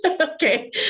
Okay